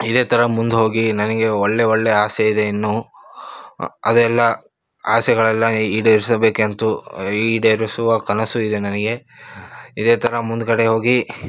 ಇದೇ ಥರ ಮುಂದೆ ಹೋಗಿ ನನಗೆ ಒಳ್ಳೆಯ ಒಳ್ಳೆಯ ಆಸೆ ಇದೆ ಇನ್ನೂ ಅದೆಲ್ಲ ಆಸೆಗಳೆಲ್ಲ ಈಡೇರಿಸಬೇಕೆಂದು ಈಡೇರಿಸುವ ಕನಸು ಇದೆ ನನಗೆ ಇದೇ ಥರ ಮುಂದುಗಡೆ ಹೋಗಿ